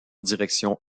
direction